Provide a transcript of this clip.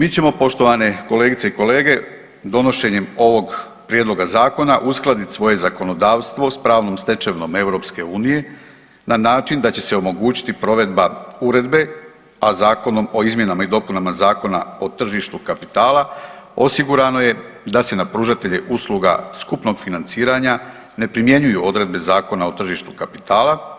Mi ćemo, poštovane kolegice i kolege, donošenjem ovog Prijedloga zakona, uskladiti svoje zakonodavstvo s pravnom stečevinom EU na način da će se omogućiti provedba Uredbe, a Zakonom o izmjenama i dopunama Zakona o tržištu kapitala osigurano je da se na pružatelje usluga skupnog financiranja ne primjenjuju odredbe Zakona o tržištu kapitala